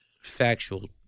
factual